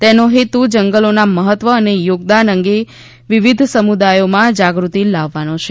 તેનો હેતુ જંગલોના મહત્વ અને યોગદાન અંગે વિવિધ સમુદાયોમાં જાગૃતિ લાવવાનો છે